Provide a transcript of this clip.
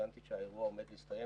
הבנתי שהאירוע עומד להסתיים,